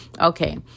okay